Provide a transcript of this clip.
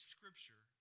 Scripture